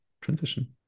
transition